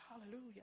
Hallelujah